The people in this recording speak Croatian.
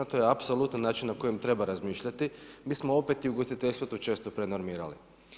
To je apsolutno način o kojem treba razmišljati, mi smo opet ugostiteljstvo tu često prednormirali.